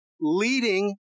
leading